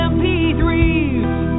MP3s